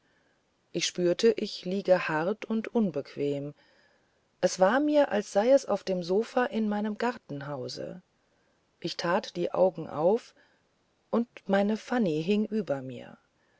ich spürte ich liege hart und unbequem es war mir als sei es auf dem sofa in meinem gartenhause ich tat die augen auf und meine fanny hing über mir